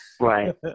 Right